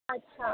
अच्छा